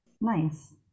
Nice